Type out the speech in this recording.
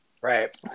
Right